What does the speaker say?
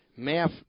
Math